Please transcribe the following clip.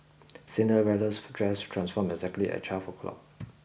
Cinderella's dress transformed exactly at twelve o'clock